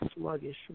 sluggish